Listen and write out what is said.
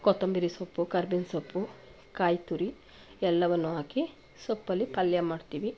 ಕೊತ್ತಂಬರಿ ಸೊಪ್ಪು ಕರ್ಬೇವಿನ ಸೊಪ್ಪು ಕಾಯಿ ತುರಿ ಎಲ್ಲವನ್ನು ಹಾಕಿ ಸೊಪ್ಪಲ್ಲಿ ಪಲ್ಯ ಮಾಡ್ತೀವಿ